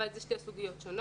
אבל אלה שתי סוגיות שונות.